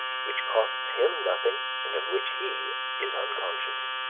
which costs him nothing and of which he is unconscious.